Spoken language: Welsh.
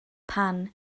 pan